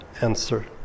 answer